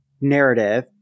narrative